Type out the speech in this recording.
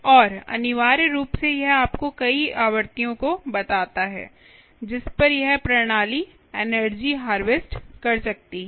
और अनिवार्य रूप से यह आपको कई आवृत्तियों को बताता है जिस पर यह प्रणाली एनर्जी हार्वेस्ट कर सकती है